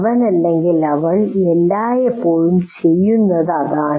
അവൻ അല്ലെങ്കിൽ അവൾ എല്ലായ്പ്പോഴും ചെയ്യുന്നത് അതാണ്